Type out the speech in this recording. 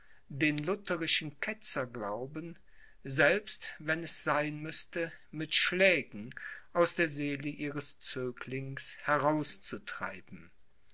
den lutherischen ketzerglauben selbst wenn es sein müßte mit schlägen aus der seele ihres zöglings herauszutreiben